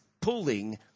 pulling